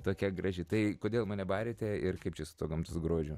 tokia graži tai kodėl mane barėte ir kaip čia su tuo gamtos grožiu